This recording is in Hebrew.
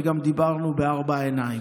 וגם דיברנו בארבע עיניים.